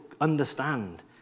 understand